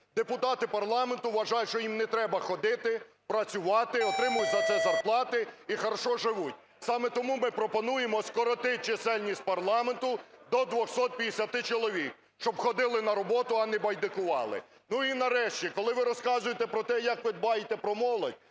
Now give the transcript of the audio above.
Депутати парламенту вважають, що їм не треба ходити, працювати, отримують за це зарплати і хорошо живуть. Саме тому ми пропонуємо скоротити чисельність парламенту до 250 чоловік, щоб ходили на роботу, а не байдикували. Ну, і, нарешті, коли ви розказуєте про те, як ви дбаєте про молодь.